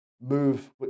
move